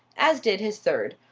as did his third.